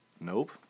Nope